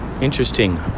Interesting